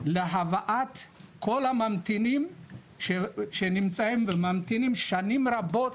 להבאת כל הממתינים שנמצאים וממתינים, שנים רבות,